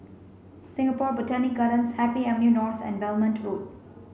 Singapore Botanic Gardens Happy Avenue North and Belmont Road